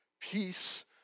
Peace